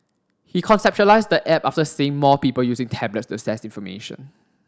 he conceptualised the app after seeing more people using tablets to access information